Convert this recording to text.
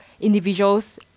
individuals